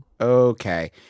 okay